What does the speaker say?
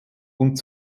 und